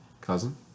Cousin